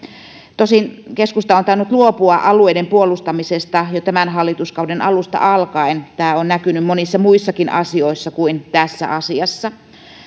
tosin keskusta on tainnut luopua alueiden puolustamisesta jo tämän hallituskauden alusta alkaen tämä on näkynyt monissa muissakin asioissa kuin tässä asiassa